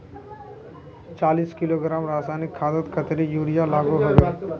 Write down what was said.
चालीस किलोग्राम रासायनिक खादोत कतेरी यूरिया लागोहो होबे?